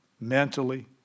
mentally